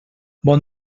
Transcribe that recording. bon